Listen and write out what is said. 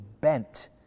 bent